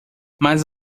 mas